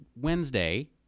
Wednesday